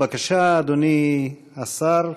בבקשה, אדוני השר.